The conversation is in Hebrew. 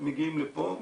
מגיעים לפה,